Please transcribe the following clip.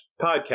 podcast